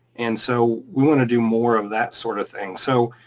and so we wanna do more of that sort of thing. so